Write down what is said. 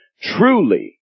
truly